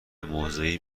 موضعی